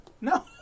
No